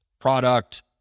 product